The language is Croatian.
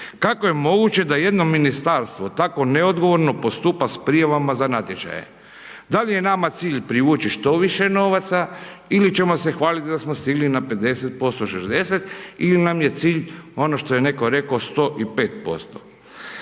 Kako je moguće da jedno ministarstvo tako neodgovorno postupa s prijavama za natječaje? Da li je nama cilj privući što više novaca ili ćemo se hvaliti da smo stigli na 50%, 60 ili nam je cilj, ono što je netko rekao 105%.